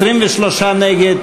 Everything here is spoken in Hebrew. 23 נגד,